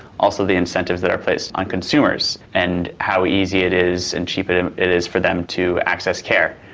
also the incentives that are placed on consumers and how easy it is and cheap it and it is for them to access care.